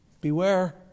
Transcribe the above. Beware